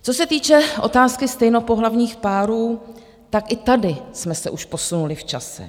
Co se týče otázky stejnopohlavních párů, i tady jsme se už posunuli v čase.